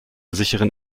sicheren